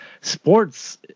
Sports